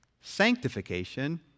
sanctification